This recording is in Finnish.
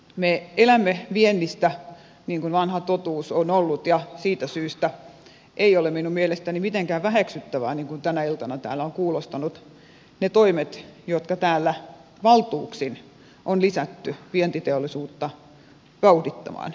me elämme viennistä niin kuin vanha totuus on ollut ja siitä syystä eivät ole minun mielestäni mitenkään väheksyttäviä niin kuin tänä iltana täällä on kuulostanut ne toimet joilla täällä valtuuksia on lisätty vientiteollisuutta vauhdittamaan